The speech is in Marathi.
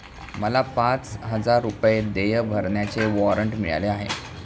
मला पाच हजार रुपये देय भरण्याचे वॉरंट मिळाले आहे